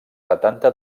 setanta